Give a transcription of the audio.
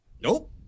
nope